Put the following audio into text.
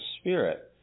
Spirit